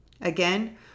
Again